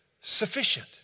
sufficient